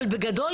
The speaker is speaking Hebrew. אבל בגדול,